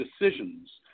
decisions